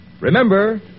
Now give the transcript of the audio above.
Remember